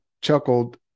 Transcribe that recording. chuckled